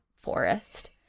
forest